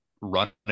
running